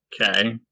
Okay